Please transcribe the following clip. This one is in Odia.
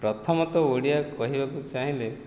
ପ୍ରଥମତଃ ଓଡ଼ିଆ କହିବାକୁ ଚାହିଁଲେ